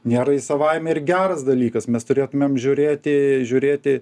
nėra savaime ir geras dalykas mes turėtumėm žiūrėti žiūrėti